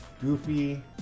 goofy